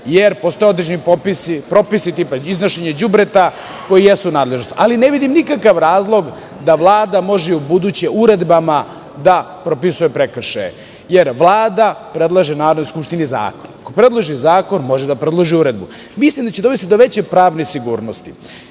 jer postoje određeni propisi tipa iznošenja đubreta, koji jesu nadležnost. Ali, ne vidim nikakav razlog da Vlada može i ubuduće uredbama da propisuje prekršaje, jer Vlada predlaže Narodnoj skupštini zakon. Ako predloži zakon, može da predloži i uredbu. Mislim da će to dovesti do veće pravne sigurnosti. Ono